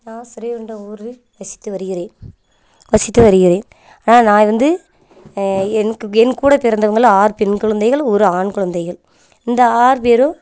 நான் ஸ்ரீவைகுண்டம் ஊரில் வசித்து வருகிறேன் வசித்து வருகிறேன் ஆனால் நான் வந்து எனக்கு என் கூட பிறந்தவங்கள்லாம் ஆறு பெண் குழந்தைகளும் ஒரு ஆண் குழந்தைகள் இந்த ஆறு பேரும்